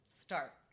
start